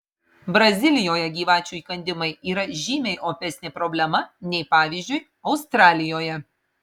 brazilijoje gyvačių įkandimai yra žymiai opesnė problema nei pavyzdžiui australijoje